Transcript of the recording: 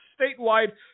statewide